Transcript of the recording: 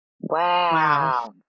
Wow